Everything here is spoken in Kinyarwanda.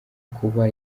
kuba